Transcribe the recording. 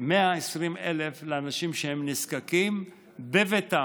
120,000 לאנשים שהם נזקקים בביתם,